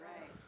Right